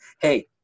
Hey